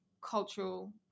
cultural